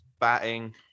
batting